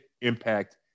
impact